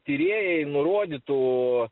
tyrėjai nurodytų